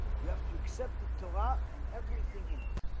you have to accept the torah and everything in it